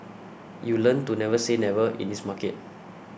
you learn to never say never in this market